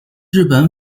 日本